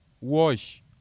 wash